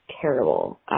terrible